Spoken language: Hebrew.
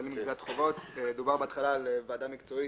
330ב. כללים לגביית חובות דובר בתחילה על ועדה מקצועית